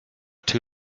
too